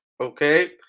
okay